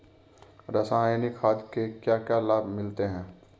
रसायनिक खाद के क्या क्या लाभ मिलते हैं?